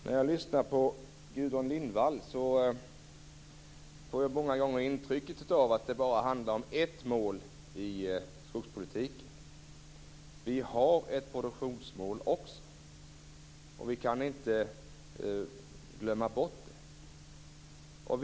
Herr talman! När jag lyssnar på Gudrun Lindvall får jag många gånger intrycket att det bara handlar om ett mål i skogspolitiken. Vi har ett produktionsmål också. Vi kan inte glömma bort det.